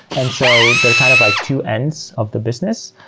and so they're kind of like two ends of the business.